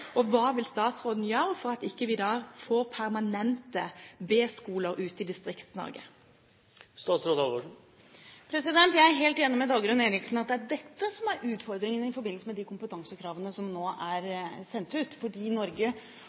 Hva vil statsråden gjøre for at vi da ikke får permanente B-skoler ute i Distrikts-Norge? Jeg er helt enig med Dagrun Eriksen i at det er dette som er utfordringen i forbindelse med de kompetansekravene som nå er sendt ut, fordi Norge